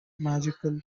magical